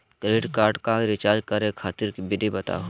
Credit card क recharge करै खातिर विधि बताहु हो?